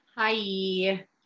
Hi